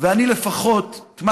אין לו תנועה